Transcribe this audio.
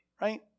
right